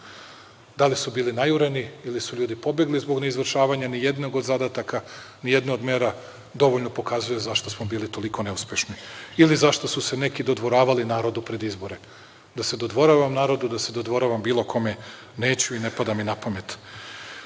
Da li su bili najureni ili su ljudi pobegli zbog neizvršavanja ni jednog od zadataka, ni jedne od mera, dovoljno pokazuje zašto smo bili toliko neuspešni ili zašto su se neki dodvoravali narodu pred izbore. Da se dodvoravam narodu, da se dodvoravam bilo kome neću i ne pada mi na